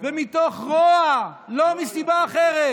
ומתוך רוע, לא מסיבה אחרת,